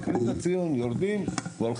מבקרים את הציון ויורדים לחנייה.